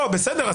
בסדר,